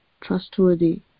trustworthy